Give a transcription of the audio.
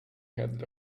had